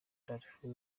darfur